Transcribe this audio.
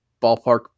ballpark